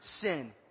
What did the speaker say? sin